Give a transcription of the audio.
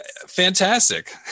Fantastic